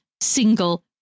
single